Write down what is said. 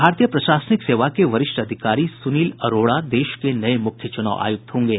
भारतीय प्रशासनिक सेवा के वरिष्ठ अधिकारी सुनील अरोड़ा देश के नये मुख्य चुनाव आयुक्त होंगे